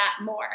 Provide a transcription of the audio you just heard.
more